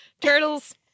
Turtles